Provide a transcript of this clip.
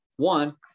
One